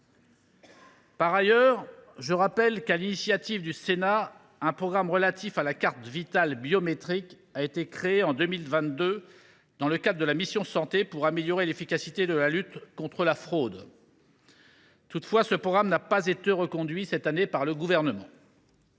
Par ailleurs, je rappelle que, sur l’initiative du Sénat, un programme relatif à la carte Vitale biométrique a été créé en 2022, dans le cadre de cette mission « Santé », pour améliorer l’efficacité de la lutte contre la fraude. Il n’a toutefois pas été reconduit cette année par le Gouvernement.